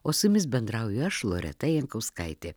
o su jumis bendrauju aš loreta jankauskaitė